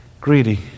greedy